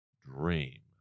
dream